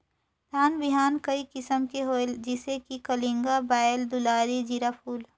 धान बिहान कई किसम के होयल जिसे कि कलिंगा, बाएल दुलारी, जीराफुल?